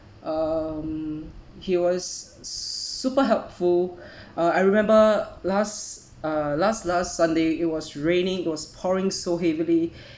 um he was super helpful uh I remember last uh last last sunday it was raining it was pouring so heavily